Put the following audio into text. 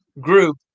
group